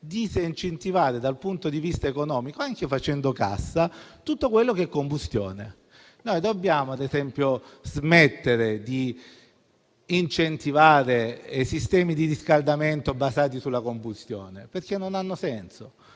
disincentivare dal punto di vista economico, anche facendo cassa, tutto quello che è combustione. Noi dobbiamo, ad esempio, smettere di incentivare sistemi di riscaldamento basati sulla combustione, perché non hanno senso,